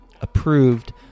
approved